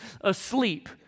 asleep